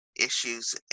issues